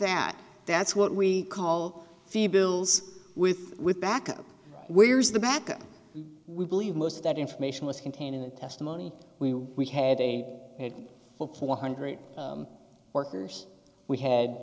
that that's what we call the bills with with backup where's the back we believe most of that information was contained in the testimony we we had a full four hundred workers we had